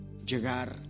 llegar